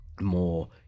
more